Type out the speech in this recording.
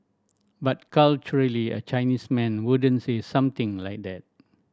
but culturally a Chinese man wouldn't say something like that